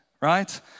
right